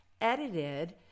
edited